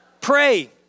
Pray